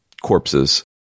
corpses